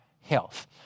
health